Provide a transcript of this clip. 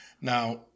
Now